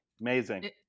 Amazing